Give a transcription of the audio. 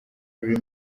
ruri